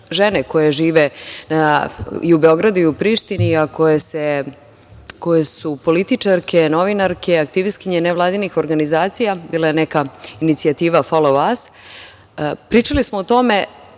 žene koje žive i u Beogradu i u Prištini, a koje su političarke, novinarke, aktivistkinje nevladinih organizacija, bila je neka inicijativa „Follow us“, pričali smo o tome,